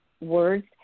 words